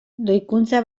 doikuntza